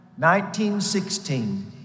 1916